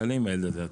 הילד ויעלה איתו.